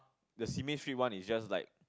the Simei street one is just like